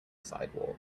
sidewalk